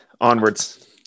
Onwards